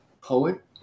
poet